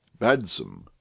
Badsom